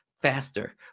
faster